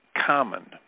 common